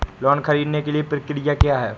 Loan ख़रीदने के लिए प्रक्रिया क्या है?